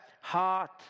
heart